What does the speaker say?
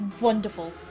wonderful